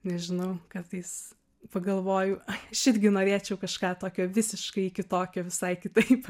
nežinau kartais pagalvoju aš irgi norėčiau kažką tokio visiškai kitokio visai kitaip